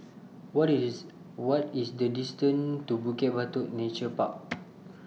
What IS What IS The distance to Bukit Batok Nature Park